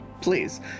Please